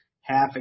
half